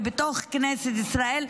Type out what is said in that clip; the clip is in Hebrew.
ובתוך כנסת ישראל,